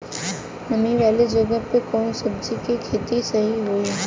नामी वाले जगह पे कवन सब्जी के खेती सही होई?